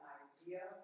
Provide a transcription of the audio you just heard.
idea